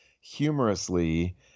humorously